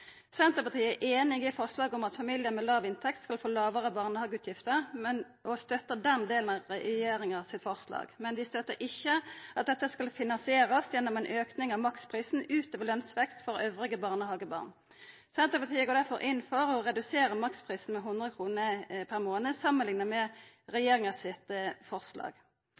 Senterpartiet er einig i at familiar med låg inntekt skal få lågare barnehageutgifter og støttar regjeringa i det, men vi støttar ikkje at dette skal verta finansiert gjennom ein auke av maksprisen utover lønsveksten for dei andre barnehagebarna. Senterpartiet går derfor inn for å redusera maksprisen med 100 kr per månad samanlikna med forslaget frå regjeringa.